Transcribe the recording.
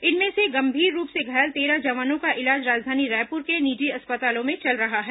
इनमें से गंभीर रूप से घायल तेरह जवानों का इलाज राजधानी रायपुर के निजी अस्पतालों में चल रहा है